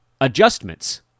adjustments